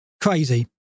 Crazy